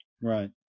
Right